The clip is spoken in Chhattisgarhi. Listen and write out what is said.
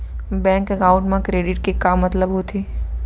बैंक एकाउंट मा क्रेडिट के का मतलब होथे?